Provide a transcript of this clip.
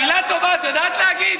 מילה טובה את יודעת להגיד?